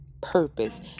purpose